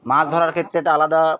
মাছ ধরার ক্ষেত্রে একটা আলাদা